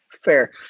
fair